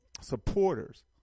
supporters